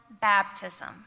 baptism